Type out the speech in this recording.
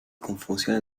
confusión